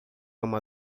uma